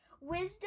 wisdom